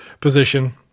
position